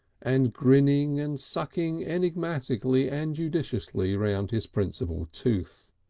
and grinning and sucking enigmatically and judiciously round his principal tooth.